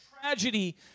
tragedy